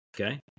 okay